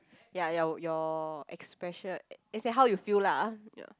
ya your your expression eh say how you feel lah ya